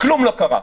כלום לא קרה,